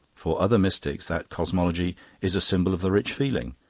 for other mystics that cosmology is a symbol of the rich feeling.